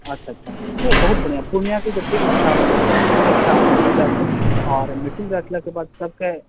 अच्छा अच्छा यौ बहुत बढ़िऑं पुर्णियाॅं के जतेक स्टाफ छै सब के सॅंगे एकटा मीटिंग राखू आर मीटिंग राखलाक बाद सबके